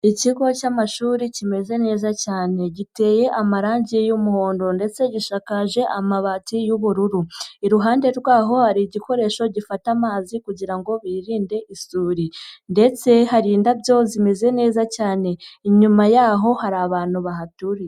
Ikigo cy'amashuri kimeze neza cyane, giteye amarange y'umuhondo ndetse gishakaje amabati y'ubururu, iruhande rw'aho hari igikoresho gifata amazi kugira ngo birinde isuri ndetse hari indabyo zimeze neza cyane, inyuma yaho hari abantu bahaturiye.